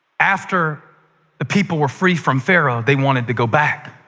after the people were free from pharaoh, they wanted to go back.